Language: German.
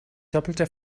doppelter